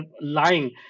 lying